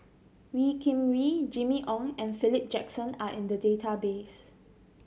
Wee Kim Wee Jimmy Ong and Philip Jackson are in the database